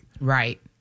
Right